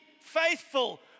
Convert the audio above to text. faithful